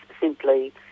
simply